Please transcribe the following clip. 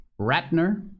Ratner